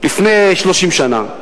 לפני 30 שנה.